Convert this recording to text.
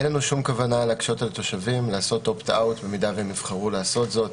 אין שום כוונה להקשות על תושבים לעשות אופט אאוט אם יבחרו לעשות זאת.